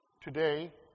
today